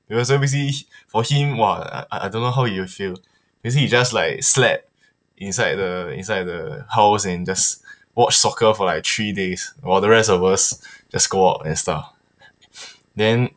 because so basically for him !wah! I I don't know how he will feel basically he just like slept inside the inside the house and just watch soccer for like three days while the rest of us just go out and stuff then